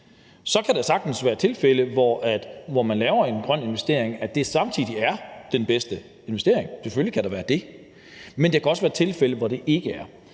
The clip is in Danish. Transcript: Så kan der sagtens være tilfælde, hvor man laver en grøn investering, hvor det samtidig er den bedste investering – selvfølgelig kan der være det – men der kan også være tilfælde, hvor der ikke er